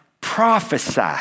prophesy